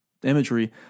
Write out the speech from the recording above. imagery